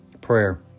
Prayer